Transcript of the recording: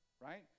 right